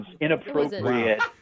inappropriate